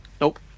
Nope